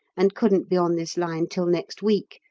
and couldn't be on this line till next week,